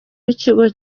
w’ikigo